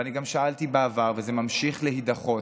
אבל אני גם שאלתי בעבר, וזה ממשיך להידחות.